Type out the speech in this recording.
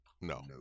No